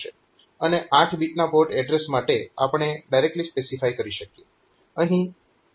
અને 8 બીટના port address માટે આપણે ડાયરેક્ટલી સ્પેસિફાય કરી શકીએ